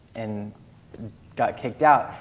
and got kicked out.